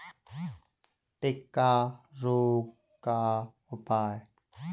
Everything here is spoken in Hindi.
टिक्का रोग का उपाय?